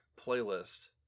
playlist